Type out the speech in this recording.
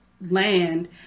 land